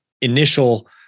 initial